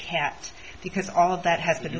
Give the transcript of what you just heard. cats because all of that has been